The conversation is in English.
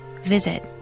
visit